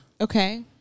Okay